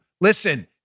listen